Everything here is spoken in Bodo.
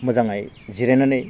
मोजाङै जिरायनानै